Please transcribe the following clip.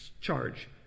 charge